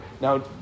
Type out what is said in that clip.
Now